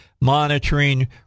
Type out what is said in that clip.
monitoring